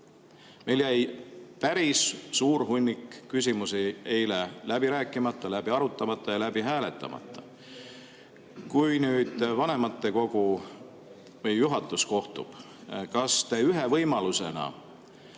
Meil jäi päris suur hunnik küsimusi eile läbi rääkimata, läbi arutamata ja läbi hääletamata. Kui nüüd vanematekogu või juhatus kohtub, kas te ühe võimalusena